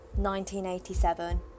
1987